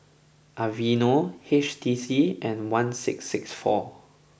Aveeno H T C and one six six four